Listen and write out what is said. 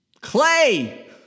Clay